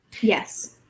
Yes